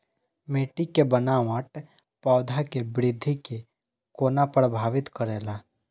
मिट्टी के बनावट पौधा के वृद्धि के कोना प्रभावित करेला?